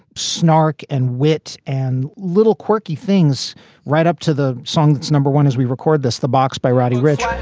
snark and wit and little quirky things right up to the song. that's number one as we record this, the box by writing rich